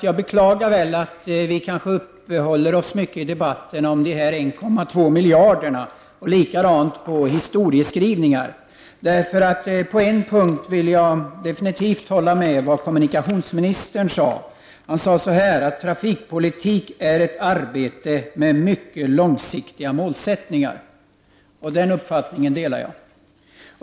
Jag beklagar att vi i debatten uppehåller oss så mycket vid de 1,2 miljarderna och vid historieskrivningar. På en punkt vill jag definitivt hålla med kommunikationsministern, nämligen att trafikpolitik är ett arbete med mycket långsiktiga målsättningar. Den uppfattningen delar jag.